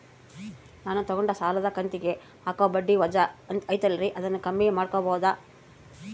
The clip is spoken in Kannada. ನಾನು ತಗೊಂಡ ಸಾಲದ ಕಂತಿಗೆ ಹಾಕೋ ಬಡ್ಡಿ ವಜಾ ಐತಲ್ರಿ ಅದನ್ನ ಕಮ್ಮಿ ಮಾಡಕೋಬಹುದಾ?